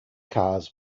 cars